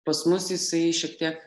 pas mus jisai šiek tiek